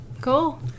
Cool